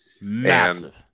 Massive